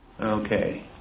okay